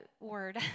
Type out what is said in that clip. word